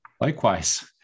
Likewise